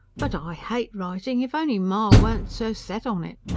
but i hate writing. if only ma weren't so set on it!